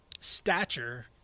stature